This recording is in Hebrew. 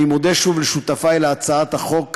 אני מודה שוב לשותפי להצעת החוק,